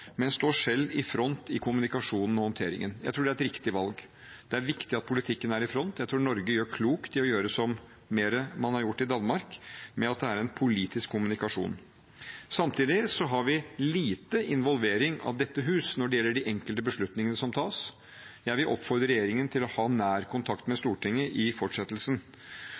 men står selv i front i kommunikasjonen og håndteringen. Jeg tror det er et riktig valg. Det er viktig at politikken er i front. Jeg tror Norge gjør klokt i å gjøre mer som man har gjort i Danmark – at det er en politisk kommunikasjon. Samtidig har vi lite involvering av dette hus når det gjelder de enkelte beslutningene som tas. Jeg vil oppfordre regjeringen til å ha nær kontakt med Stortinget i fortsettelsen.